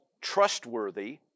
trustworthy